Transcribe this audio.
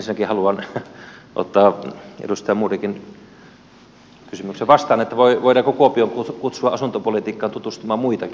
ensinnäkin haluan ottaa vastaan edustaja modigin kysymyksen voidaanko kuopioon kutsua asuntopolitiikkaan tutustumaan muitakin